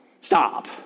Stop